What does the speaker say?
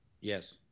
Yes